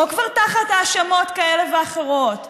או כבר תחת האשמות כאלה ואחרות,